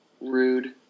Rude